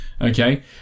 Okay